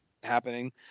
happening